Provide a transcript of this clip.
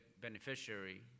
beneficiary